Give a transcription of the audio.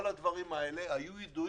כל הדברים הללו היו ידועים.